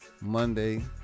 Monday